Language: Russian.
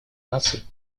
наций